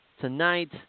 tonight